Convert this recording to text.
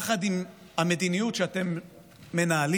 יחד עם המדיניות שאתם מנהלים,